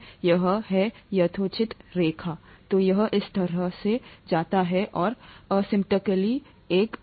यह है यहाँ यथोचित रैखिक तो यह इस तरह से जाता है और asymptotically एक Vm कहलाता है VMAX